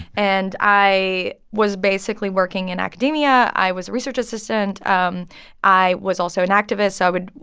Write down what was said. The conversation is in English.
and i was basically working in academia. i was a research assistant. um i was also an activist. so i would,